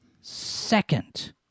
second